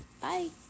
Bye